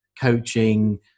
coaching